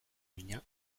mina